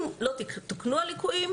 אם לא תוקנו הליקויים,